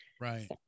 Right